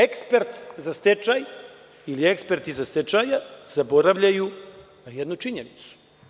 Ekspert za stečaj ili eksperti za stečaje zaboravljaju na jednu činjenicu.